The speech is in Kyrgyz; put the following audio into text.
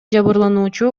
жабырлануучу